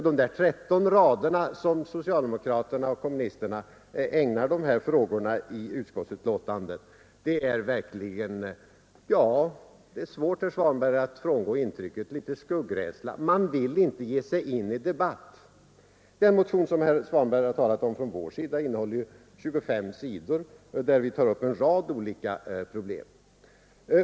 De 13 rader som socialdemokraterna och kommunisterna ägnar dessa frågor i utskottsbetänkandet tyder på — det är svårt, herr Svanberg, att komma ifrån det intrycket — litet skuggrädsla. Man vill inte ge sig in i debatt. Den motion från vår sida som herr Svanberg talat om innehåller 25 sidor, där vi tar upp en rad olika problem.